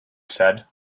said